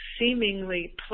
seemingly